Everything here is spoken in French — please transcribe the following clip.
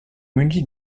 muni